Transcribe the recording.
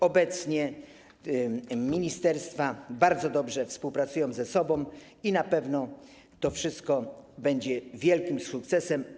Obecnie ministerstwa bardzo dobrze współpracują ze sobą i na pewno to wszystko będzie wielkim sukcesem.